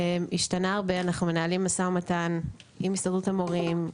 השתנה הרבה, אנחנו מנהלים מו"מ עם הסתדרות המורים.